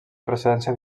procedència